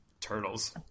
turtles